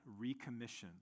recommission